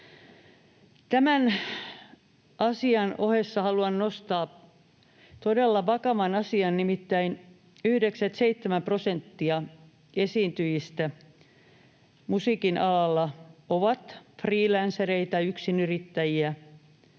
Tämän asian ohessa haluan nostaa todella vakavan asian: Nimittäin 97 prosenttia esiintyjistä musiikin alalla on freelancereita, yksinyrittäjiä.